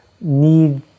need